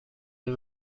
این